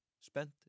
spent